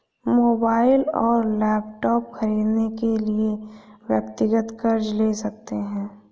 mobile और laptop खरीदने के लिए व्यक्तिगत कर्ज ले सकते है